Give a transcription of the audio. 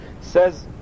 says